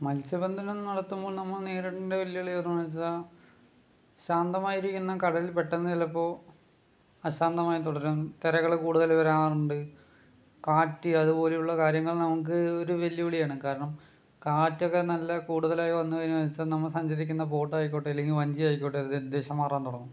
മത്സ്യബന്ധനം നടത്തുമ്പോൾ നമ്മൾ നേരിടുന്ന വെല്ലുവിളികൾ എന്ന് വെച്ചാൽ ശാന്തമായിരിക്കുന്ന കടൽ പെട്ടെന്ന് ചിലപ്പോൾ അശാന്തമായി തുടരും തിരകൾ കൂടുതൽ വരാറുണ്ട് കാറ്റ് അതുപോലെയുള്ള കാര്യങ്ങൾ നമുക്ക് ഒരു വെല്ലുവിളിയാണ് കാരണം കാറ്റൊക്കെ നല്ല കൂടുതലായി വന്ന് കഴിഞ്ഞാൽ നമ്മൾ സഞ്ചരിക്കുന്ന ബോട്ട് ആയിക്കോട്ടെ അല്ലെങ്കിൽ വഞ്ചിയായിക്കോട്ടെ ദിശമാറാൻ തുടങ്ങും